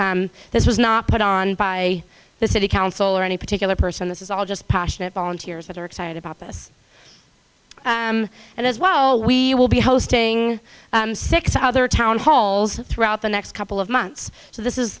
this was not put on by the city council or any particular person this is all just passionate volunteers that are excited about this and as well we will be hosting six other town halls throughout the next couple of months so this is